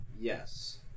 Yes